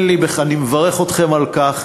אני מברך אתכם על כך,